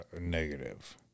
negative